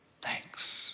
thanks